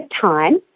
time